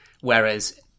whereas